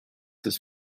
his